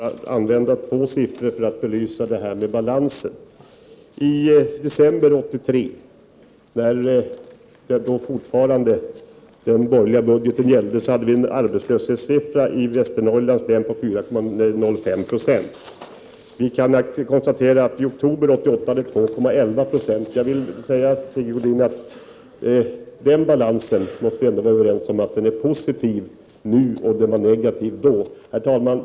Herr talman! Jag vill bara nämna två procenttal för att belysa balansen. I december 1983, när den borgerliga budgeten fortfarande gällde, hade Västernorrland en arbetslöshet på 4,05 26. I oktober 1988 var den 2,11 96. Sigge Godin måste vara överens med mig om att balansen är positiv nu och att den var negativ då. Herr talman!